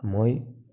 মই